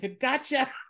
gotcha